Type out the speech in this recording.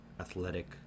athletic